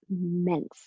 immense